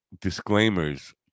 disclaimers